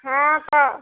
हाँ तो